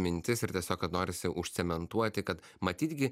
mintis ir tiesiog kad norisi užcementuoti kad matyt gi